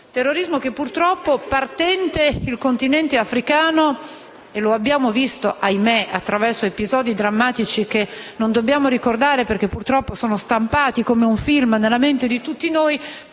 terrorismo, il quale, partendo dal Continente africano - e lo abbiamo visto, ahimè, attraverso episodi drammatici che non c'è bisogno di ricordare perché purtroppo sono stampati come un film nelle mente di tutti noi